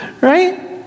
right